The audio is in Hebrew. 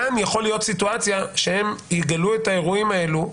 כאן יכולה להיות סיטואציה שהם יגלו את האירועים האלה,